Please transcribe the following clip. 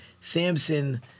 Samson